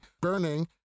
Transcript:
burning